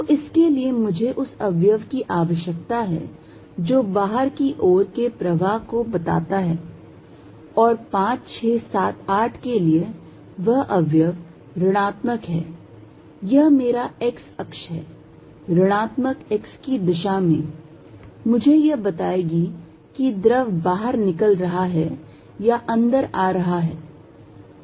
तो इसके लिए मुझे उस अवयव की आवश्यकता है जो बाहर की ओर के प्रवाह को बताता है और 5 6 7 8 के लिए वह अवयव ऋणात्मक है यह मेरा x अक्ष है ऋणात्मक x की दिशा मुझे यह बताएगी कि द्रव बाहर निकल रहा है या अंदर आ रहा है